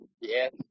yes